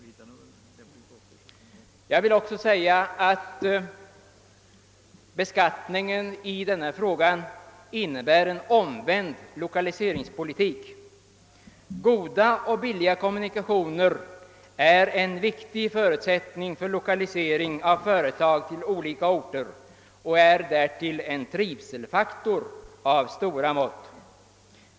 Beskattningen innebär en omvänd lokaliseringspolitik. Goda och billiga kommunikationer är en viktig förutsättning för lokalisering av företag till olika orter och är därtill en trivselfaktor av stora mått.